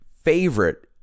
favorite